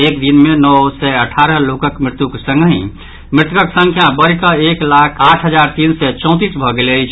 एक दिन मे नओ सय अठारह लोकक मृत्युक संगहि मृतकक संख्या बढ़िकऽ एक लाख आठ हजार तीन सय चौंतीस भऽ गेल अछि